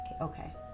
okay